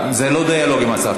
זה לא דיאלוג עם השר.